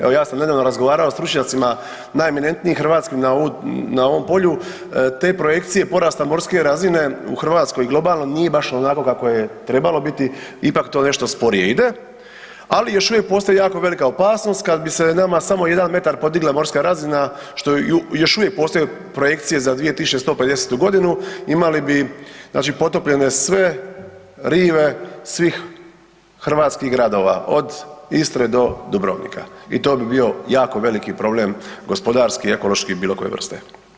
Evo ja sam nedavno razgovarao sa stručnjacima, najeminentnijim hrvatskim na ovom polju, te projekcije porasta morske razine u Hrvatskoj i globalno, nije baš onako kako je trebalo biti, ipak to nešto sporije ide ali još uvijek postoji jako velika opasnost kad bi se nama samo 1 m podigla morska razina što još uvijek postoje projekcije za 2150. g., imali bi znači potopljene sve rive, svih hrvatskih gradova, od Istre do Dubrovnika i to bi bio jako veliki problem, gospodarski, ekološki i bilokoje vrste.